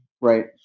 right